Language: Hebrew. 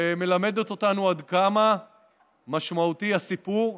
ומלמדת אותנו עד כמה משמעותיים הסיפור,